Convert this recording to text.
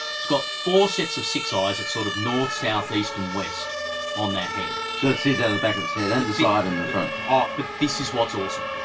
it's got four sets of six eyes at sort of north, south, east and west on that head. so it sees out of the back of its head and the side and the front. ah but this is what's awesome.